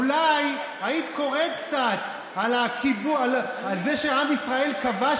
אולי היית קוראת קצת על זה שעם ישראל כבש